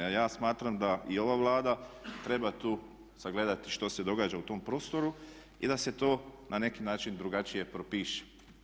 A ja smatram da i ova Vlada treba tu sagledati što se događa u tom prostoru i da se to na neki način drugačije propiše.